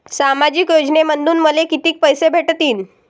सामाजिक योजनेमंधून मले कितीक पैसे भेटतीनं?